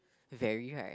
very right